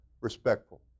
respectful